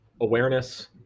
awareness